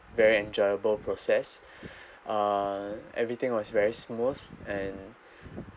very enjoyable process uh everything was very smooth and